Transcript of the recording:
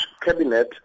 Cabinet